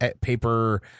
paper